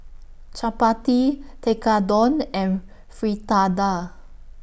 Chapati Tekkadon and Fritada